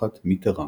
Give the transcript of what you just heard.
משפחת מיטראן.